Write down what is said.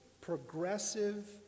progressive